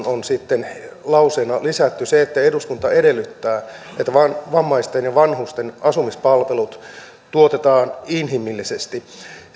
sitten lauseena lisätty se että eduskunta edellyttää että vammaisten ja vanhusten asumispalvelut tuotetaan inhimillisesti